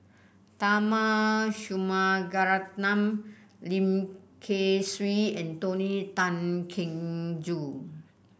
Tharman Shanmugaratnam Lim Kay Siu and Tony Tan Keng Joo